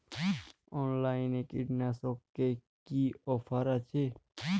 অনলাইনে কীটনাশকে কি অফার আছে?